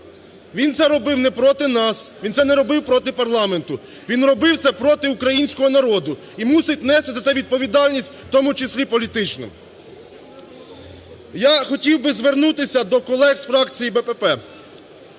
він це робив не проти нас, він це робив не проти парламенту, він робив це проти українського народу і мусить нести за це відповідальність, в тому числі політичну. Я хотів би звернутися до колег з фракції БПП.